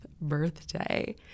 birthday